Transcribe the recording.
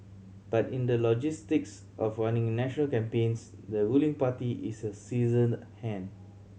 but in the logistics of running national campaigns the ruling party is a seasoned hand